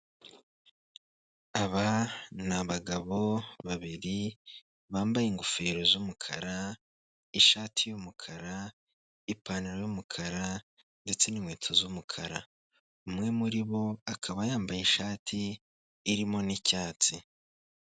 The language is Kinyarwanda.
Aba ni abagabo babiri bambaye ingofero z'umukara ishati y'umukara ipantaro y'umukara ndetse n'inkweto z'umukara umwe muri bo akaba yambaye ishati irimo n'icyatsi.